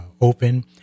open